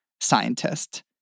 scientist